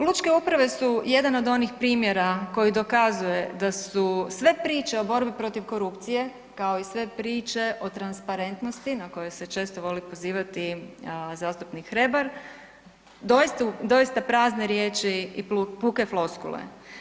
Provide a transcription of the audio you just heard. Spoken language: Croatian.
Lučke uprave su jedan od onih primjera koji dokazuje da su sve priče o borbi protiv korupcije kao i sve priče o transparentnosti na koje se često voli pozivati zastupnik Hrebar, doista prazne riječi i puke floskule.